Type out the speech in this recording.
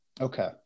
okay